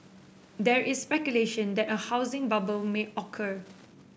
there is speculation that a housing bubble may occur